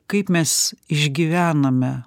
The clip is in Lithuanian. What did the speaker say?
kaip mes išgyvename